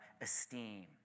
esteem